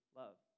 love